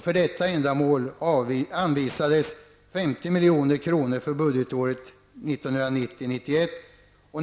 För detta ändamål anvisades 50 milj.kr. för budgetåret 1990/91.